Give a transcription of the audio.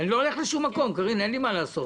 אני לא הולך לשום מקום, קארין, אין לי מה לעשות.